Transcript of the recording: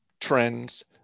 trends